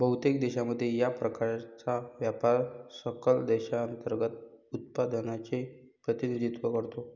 बहुतेक देशांमध्ये, या प्रकारचा व्यापार सकल देशांतर्गत उत्पादनाचे प्रतिनिधित्व करतो